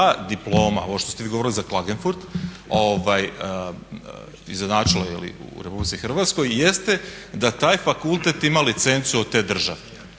diploma ovo što ste vi govorili za Klagenfurt izjednačila u RH jeste da taj fakultet ima licencu od te države.